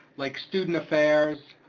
like student affairs,